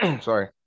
Sorry